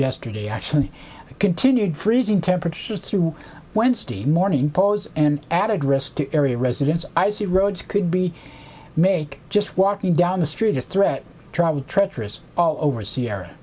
yesterday actually continued freezing temperatures through wednesday morning pose an added risk to area residents icy roads could be make just walking down the street as threat travel treacherous all over sier